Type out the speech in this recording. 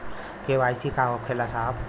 KYC का होला साहब?